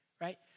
right